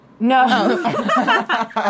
no